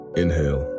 inhale